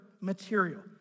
material